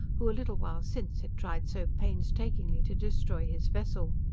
who a little while since had tried so painstakingly to destroy his vessel.